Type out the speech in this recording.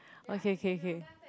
okay okay okay